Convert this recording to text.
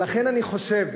ולכן, אני חושב